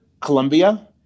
Colombia